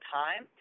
time